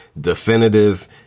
definitive